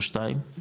או שניים,